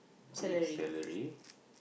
two weeks salary